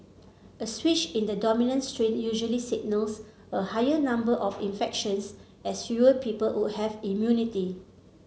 a switch in the dominant strain usually signals a higher number of infections as fewer people would have immunity